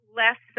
less